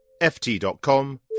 ft.com